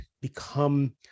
become